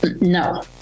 No